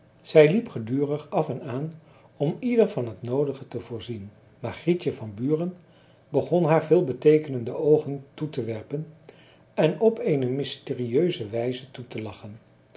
zij liep gedurig af en aan om ieder van het noodige te voorzien maar grietje van buren begon haar veelbeteekenende oogen toe te werpen en op eene mysterieuze wijze toe te lachen